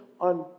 on